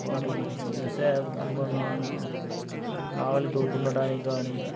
వాటిని వ్యవసాయ అనుబంధమైన నాగలితో దున్నడానికి కాని